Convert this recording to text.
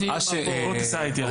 בוא תיסע איתי.